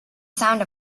sound